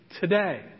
today